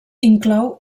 inclou